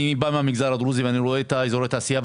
אני בא מהמגזר הדרוזי ואני רואה את אזורי התעשייה.